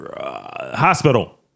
hospital